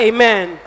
Amen